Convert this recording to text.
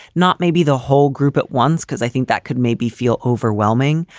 not maybe the whole group at once. because i think that could maybe feel overwhelming,